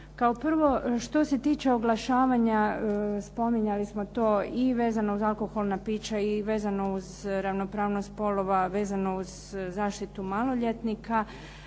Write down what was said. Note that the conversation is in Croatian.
Kao prvo, što se tiče oglašavanja spominjali smo to i vezano uz alkoholna pića i vezano uz ravnopravnost spolova, vezano uz zaštitu maloljetnika.